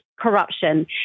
corruption